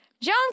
john